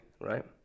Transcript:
right